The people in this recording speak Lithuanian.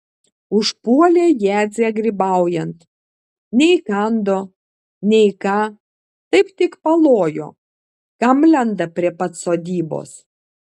užpuolė jadzę grybaujant nei kando nei ką taip tik palojo kam lenda prie pat sodybos